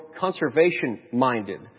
conservation-minded